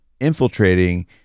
infiltrating